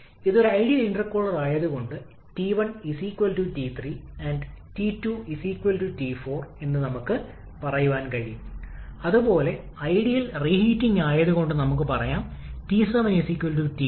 അതിനാൽ അവിടെ നിന്ന് 4 പോയിന്റിലെ താപനിലയെക്കുറിച്ച് നമുക്കറിയാം സമ്മർദ്ദം P3 P1 എന്നിവ നമുക്കറിയാം അതിനാൽ അവിടെ നിന്ന് മുമ്പത്തെ നടപടിക്രമങ്ങൾ പാലിച്ച് ആദ്യം T5s ലഭിക്കും